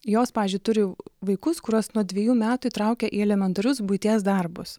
jos pavyzdžiui turi vaikus kuriuos nuo dvejų metų įtraukia į elementarius buities darbus